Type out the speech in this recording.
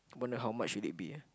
I wonder how much should it be ah